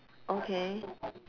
okay